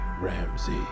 Ramsey